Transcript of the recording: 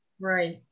Right